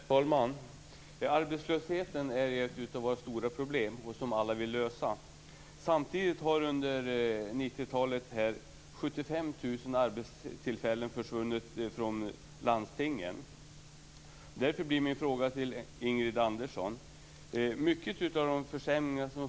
Herr talman! Arbetslösheten är ett av våra stora problem, som alla vill lösa. Samtidigt har under 90 talet 75 000 arbetstillfällen försvunnit från landstingen. Mycket av försämringarna i vården beror just på minskad personaltäthet.